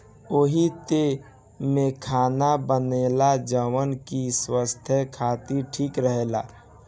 ओही तेल में खाना बनेला जवन की स्वास्थ खातिर ठीक रहेला